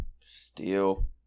Steel